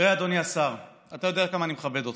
תראה, אדוני השר, אתה יודע כמה אני מכבד אותך.